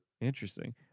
Interesting